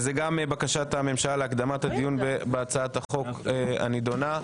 זה גם בקשת הממשלה להקדמת הדיון בהצעת החוק הנידונה.